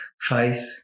faith